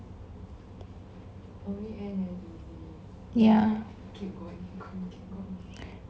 ya